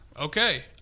okay